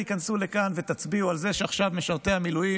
תיכנסו לכאן ותצביעו על זה שעכשיו משרתי המילואים